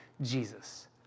Jesus